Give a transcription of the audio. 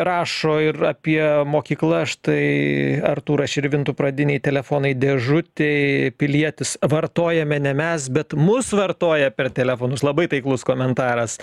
rašo ir apie mokykla štai artūras širvintų pradinėj telefonai dėžutėj pilietis vartojame ne mes bet mus vartoja per telefonus labai taiklus komentaras